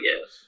yes